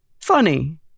Funny